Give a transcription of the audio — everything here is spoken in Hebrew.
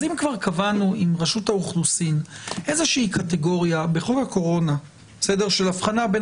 אז אם כבר קבענו עם רשות האוכלוסין קטגוריה בחוק הקורונה של הבחנה בין